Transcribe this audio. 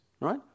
right